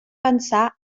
pensar